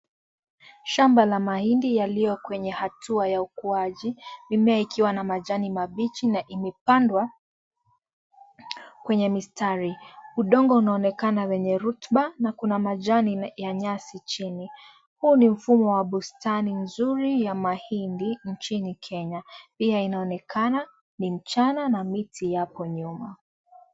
Shamba la mahindi yaliyo kwenye hatua ya ukuaji, mimea ikiwa na majani mabichi na imepandwa kwenye mistari. Udongo unaonekana wenye rotuba na kuna majani ya nyasi chini huu ni mfumo wa bustani nzuri ya mahindi nchini Kenya pia inaonekana ni mchana na miti yako nyuma.